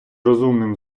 розумним